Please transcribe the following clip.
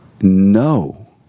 No